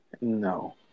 no